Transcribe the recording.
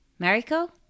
Mariko